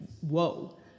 whoa